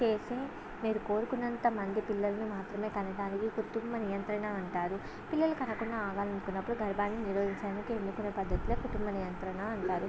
చేసి మీరు కోరుకున్నంతమంది పిల్లల్ని మాత్రమే కలగాలి కుటుంబ నియంత్రణ అంటారు పిల్లలను కనకుండా ఆగాలి అనుకున్నప్పుడు గర్భాన్ని నిరోధించాలి అనుకున్న పద్ధతిలో కుటుంబ నియంత్రణ అంటారు